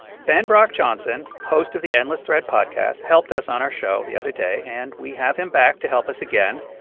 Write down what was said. ben brock johnson, host of the endless thread podcast, helped us on our show the other day, and we have him back to help us again.